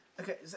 Okay